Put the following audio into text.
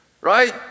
Right